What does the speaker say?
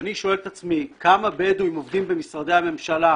כשאני שואל את עצמי כמה בדואים עובדים במשרדי הממשלה,